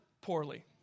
poorly